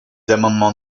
amendements